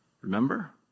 Remember